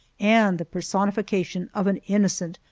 and the personification of an innocent,